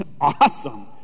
awesome